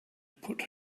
put